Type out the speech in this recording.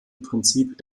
prinzip